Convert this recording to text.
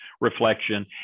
reflection